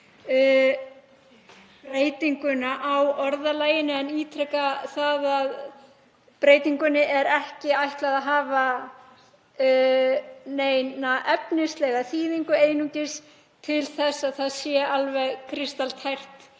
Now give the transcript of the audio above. breytinguna á orðalaginu en ítreka að breytingunni er ekki ætlað að hafa neina efnislega þýðingu, er einungis til þess að það sé alveg kristaltært